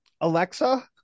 Alexa